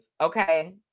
okay